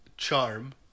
Charm